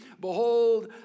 Behold